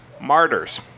Martyrs